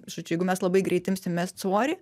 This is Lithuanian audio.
žodžiu jeigu mes labai greitai imsim mest svorį